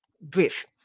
brief